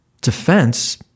defense